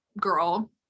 girl